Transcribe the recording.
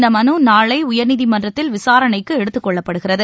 இந்த மனு நாளை உயர்நீதிமன்றத்தில் விசாரணைக்கு எடுத்துக்கொள்ளப்படுகிறது